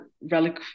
relic